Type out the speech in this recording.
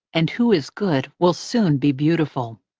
and who is good will soon be beautiful.